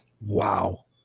Wow